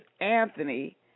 Anthony